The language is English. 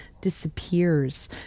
disappears